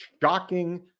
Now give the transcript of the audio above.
shocking